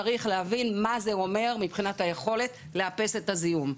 צריך להבין מה זה אומר מבחינת היכולת לאפס את הזיהום.